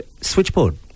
Switchboard